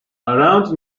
around